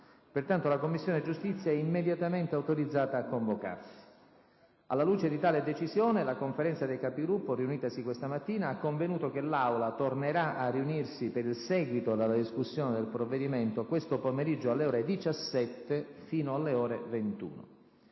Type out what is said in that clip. Pertanto, la Commissione giustizia è immediatamente autorizzata a convocarsi. Alla luce di tale decisione, la Conferenza dei Capigruppo, riunitasi questa mattina, ha convenuto che l'Aula tornerà a riunirsi per il seguito della discussione del provvedimento questo pomeriggio alle ore 17, fino alle ore 21.